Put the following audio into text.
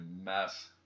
mess